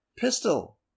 Pistol